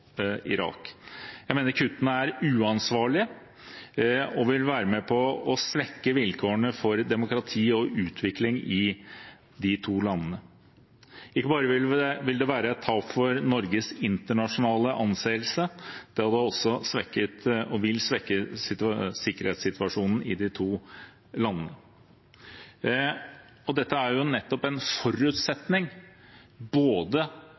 Irak. Jeg mener kuttene er uansvarlige og vil være med på å svekke vilkårene for demokrati og utvikling i de to landene. Ikke bare vil det være et tap for Norges internasjonale anseelse, det vil også svekke sikkerhetssituasjonen i de to landene. Dette er jo nettopp en forutsetning både